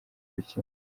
gukira